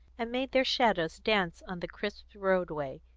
and made their shadows dance on the crisp roadway,